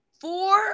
four